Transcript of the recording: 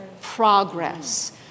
progress